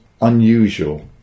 unusual